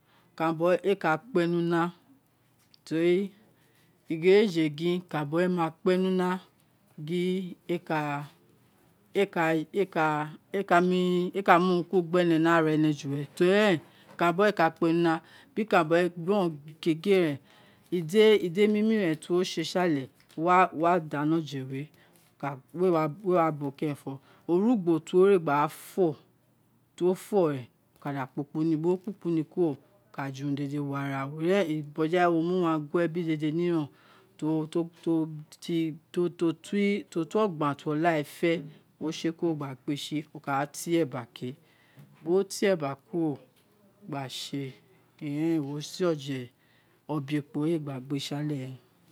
Ikanranbọ ee éè laa kpeni una teri ighereje gin ikanrando lee ma speni una gin éè ka éè ka éè ka éè ka mu urunrun gbe ara ene juo ere ikanranto we éè isa kpe ni una ide ̄ momi ren ti wo se si ale wo wa da ni o̱je̱ we we ̄ wa kerento orugbo ti wo rē gba fo̱ di iwo fo ren wo ka jirin urun dede wo ara wo wa mu wo anghe biri urun dede mi tiowi uwan ti okare fe wo se kuro gba gbe si wo ka te eba kēē bi wo te eba kuro gba se tēri wo se oje obe-ekpo éè gha wo gbe si ale